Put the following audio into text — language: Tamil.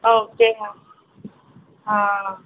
ஓகேங்க மேம் ஆ